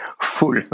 full